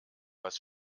was